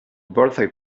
birthday